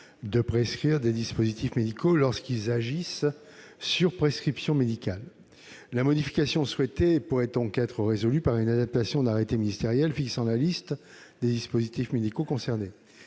de prescrire des dispositifs médicaux lorsqu'ils agissent sur prescription médicale. La modification souhaitée pourrait être résolue par une adaptation de l'arrêté ministériel fixant la liste des dispositifs médicaux concernés.